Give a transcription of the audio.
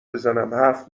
بزنم، حرف